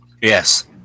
Yes